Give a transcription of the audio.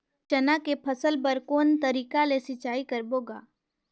चना के फसल बर कोन तरीका ले सिंचाई करबो गा?